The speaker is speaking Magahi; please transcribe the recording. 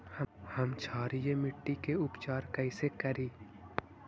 हम क्षारीय मिट्टी के उपचार कैसे करी?